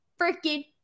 freaking